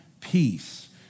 peace